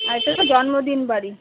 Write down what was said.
আর এটা তো জন্মদিন বাড়ি